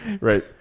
right